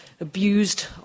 abused